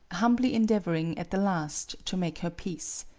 humbly endeavoring at the last to make her peace.